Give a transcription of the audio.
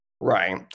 Right